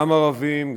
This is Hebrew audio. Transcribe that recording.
גם ערבים,